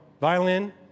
violin